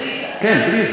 בריזה.